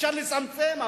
אפשר לצמצם,